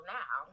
now